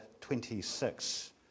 26